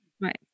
Right